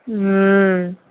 હમ્મ